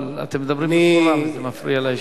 אבל אתם מדברים בקול רם וזה מפריע לישיבה.